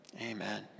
Amen